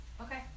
okay